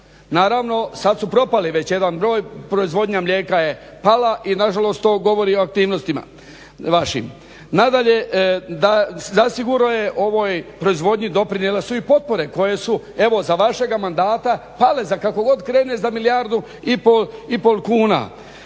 Naravno sad su propali već jedan broj, proizvodnja mlijeka je pala i nažalost to govori o aktivnostima vašim. Nadalje, da, zasigurno je ovoj proizvodnji doprinijele su i potpore koje su, evo za vašega mandata pale za kako god kreneš, za milijardu i pol kuna.